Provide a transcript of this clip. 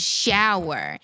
shower